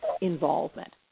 involvement